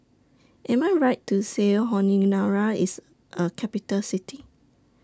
Am I Right to Say Honiara IS A Capital City